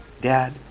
Dad